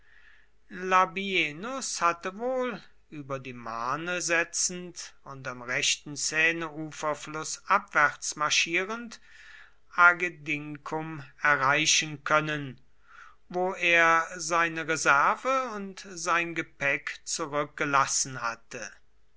labienus hätte wohl über die marne setzend und am rechten seineufer flußabwärts marschierend agedincum erreichen können wo er seine reserve und sein gepäck zurückgelassen hatte